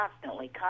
constantly